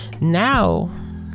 now